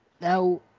Now